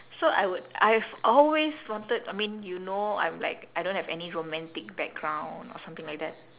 so I would I've always wanted I mean you know I'm like I don't have any romantic background or something like that